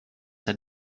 had